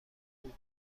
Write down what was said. بود